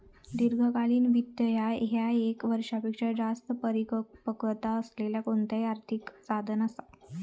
दीर्घकालीन वित्त ह्या ये क वर्षापेक्षो जास्त परिपक्वता असलेला कोणताही आर्थिक साधन असा